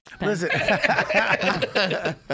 Listen